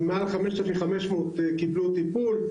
מעל 5,500 קיבלו טיפול.